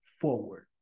forward